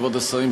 כבוד השרים,